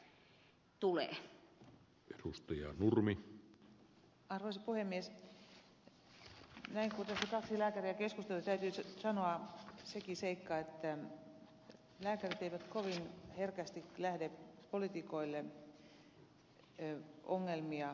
näin kun tässä kaksi lääkäriä keskustelee täytyy sanoa sekin seikka että lääkärit eivät kovin herkästi lähde poliitikoille ongelmia tuputtamaan